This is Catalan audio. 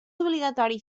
obligatori